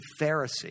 Pharisee